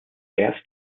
erst